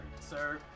sir